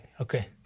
okay